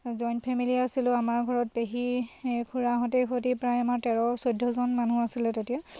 joint family আছিলোঁ আমাৰ ঘৰত পেহী খুৰাহঁতে সৈতি প্ৰায় আমাৰ তেৰ চৈধ্যজন মানুহ আছিলে তেতিয়া